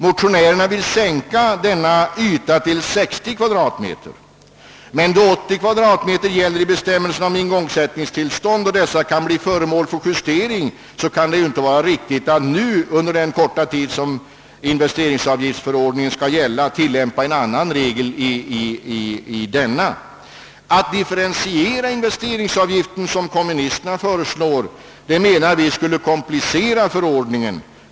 Men då en yta på 80 kvadratmeter föreskrives i bestämmelserna om igångsättningstillstånd, och då dessa kan bli föremål för justering, kan det inte vara riktigt att under den korta tid investeringsavgiftsförordningen skall gälla tillämpa en annan regel. Att differentiera investeringsavgiften som sådan skulle komplicera förordningen.